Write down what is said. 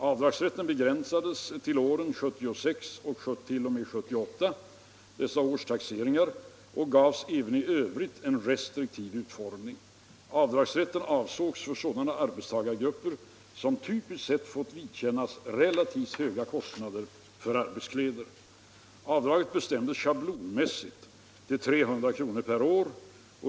Avdragsrätten begränsades till 1976-1978 års taxeringar och gavs även i övrigt en restriktiv utformning. Avdragsrätten avsågs för sådana arbetstagargrupper som typiskt sett får vidkännas relativt höga kostnader för arbetskläder. Avdraget bestämdes schablonmässigt till 300 kr. per år.